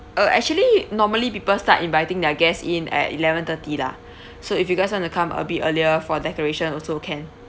uh actually normally people start inviting their guests in at eleven thirty lah so if you guys want to come a bit earlier for decoration also can